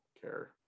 care